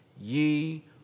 ye